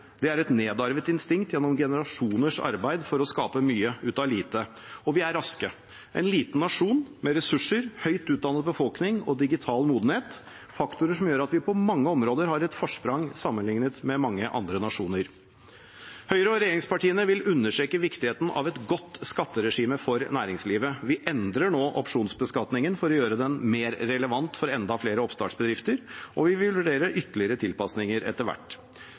et nedarvet instinkt gjennom generasjoners arbeid for å skape mye ut av lite – og vi er raske. En liten nasjon, med ressurser, høyt utdannet befolkning og digital modenhet – faktorer som gjør at vi på mange områder har et forsprang sammenlignet med mange andre nasjoner. Høyre og regjeringspartiene vil understreke viktigheten av et godt skatteregime for næringslivet. Vi endrer nå opsjonsbeskatningen for å gjøre den mer relevant for enda flere oppstartsbedrifter, og vi vil vurdere ytterligere tilpasninger etter hvert.